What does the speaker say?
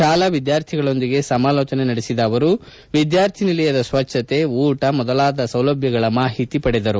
ಶಾಲಾ ವಿದ್ಯಾರ್ಥಿಗಳೊಂದಿಗೆ ಸಮಾಲೋಚನೆ ನಡೆಸಿದ ಅವರು ವಿದ್ಯಾರ್ಥಿ ನಿಲಯದ ಸ್ವಚ್ಛತೆ ಊಟ ಮೊದಲಾದ ಸೌಲಭ್ಯಗಳ ಮಾಹಿತಿ ಪಡೆದರು